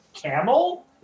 Camel